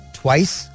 twice